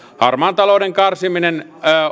harmaan talouden karsiminen